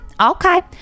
okay